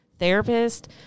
therapist